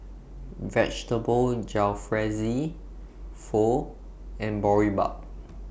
Vegetable Jalfrezi Pho and Boribap